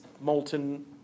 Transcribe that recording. molten